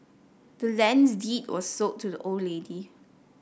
the land's deed was sold to the old lady